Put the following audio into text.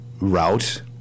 route